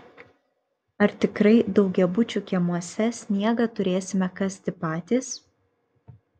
ar tikrai daugiabučių kiemuose sniegą turėsime kasti patys